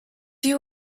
you